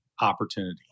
opportunity